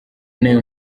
nayo